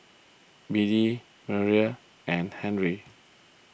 Biddie Merrie and Harvy